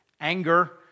anger